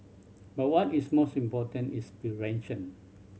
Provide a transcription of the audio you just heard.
but what is most important is prevention